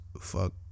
fuck